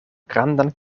grandan